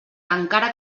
encara